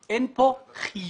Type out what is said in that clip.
אין כאן חיוב